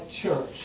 church